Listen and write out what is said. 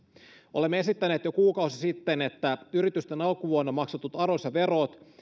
olemme esittäneet jo kuukausi sitten että yritysten alkuvuonna maksetut arvonlisäverot